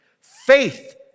Faith